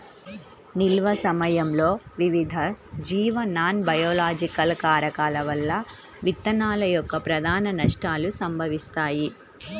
నిల్వ సమయంలో వివిధ జీవ నాన్బయోలాజికల్ కారకాల వల్ల విత్తనాల యొక్క ప్రధాన నష్టాలు సంభవిస్తాయి